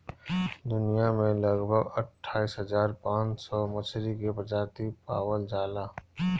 दुनिया में लगभग अट्ठाईस हज़ार पाँच सौ मछरी के प्रजाति पावल जाला